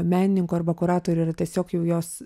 menininkų arba kuratorių yra tiesiog jau jos